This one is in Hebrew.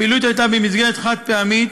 הפעילות הייתה במסגרת חד-פעמית